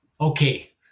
Okay